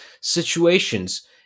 situations